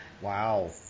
Wow